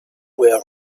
where